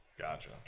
Gotcha